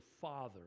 father